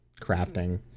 crafting